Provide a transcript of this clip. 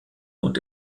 und